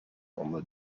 onder